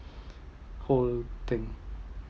whole thing